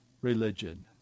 religion